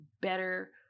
better